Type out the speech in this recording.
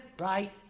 right